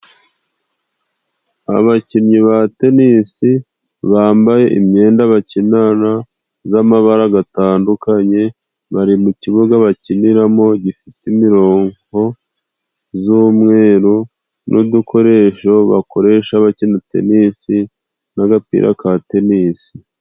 Abakinnyi ba Tenisi bambaye imyenda bakinana z'amabara gatandukanye, bari mu kibuga bakiniramo gifite imironko z'umweru, n'udukoresho bakoresha bakina Tenisi n'agapira ka Tenisi.